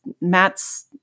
Matt's